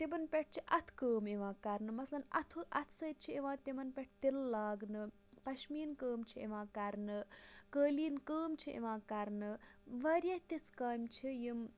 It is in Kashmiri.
تِمَن پٮ۪ٹھ چھِ اَتھٕ کٲم یِوان کَرنہٕ مثلاً اَتھٕ اَتھٕ سۭتۍ چھِ یِوان تِمَن پٮ۪ٹھ تِلہٕ لاگنہٕ پَشمیٖن کٲم چھِ یِوان کَرنہٕ قٲلیٖن کٲم چھِ یِوان کَرنہٕ واریاہ تِژھٕ کامہِ چھِ یِم